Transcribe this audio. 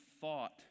thought